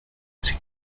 c’est